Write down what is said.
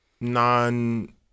non